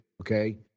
okay